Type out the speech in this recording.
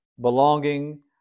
belonging